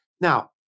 Now